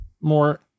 more